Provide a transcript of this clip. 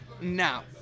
now